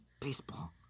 baseball